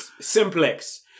simplex